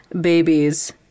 babies